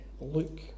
Luke